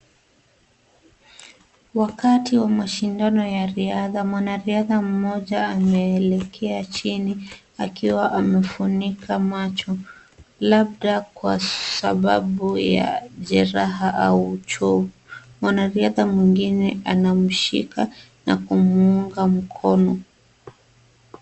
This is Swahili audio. Wakati wa mashindano ya riadha, mwanariadha mmoja ameekelea chini akiwa amefunika macho, labda kwa sababu ya jeraha au uchovu. Mwanariadha mwingine anamshika na kumuunga mkono.